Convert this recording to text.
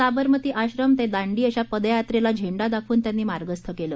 साबरमती आश्रम ते दांडी अशा पदयात्रेला झेंडा दाखवून त्यांनी मार्गस्थ केलं